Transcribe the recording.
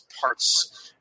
parts